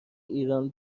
ایران